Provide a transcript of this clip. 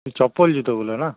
চপ্পল জুতোগুলো না